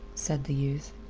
said the youth.